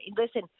listen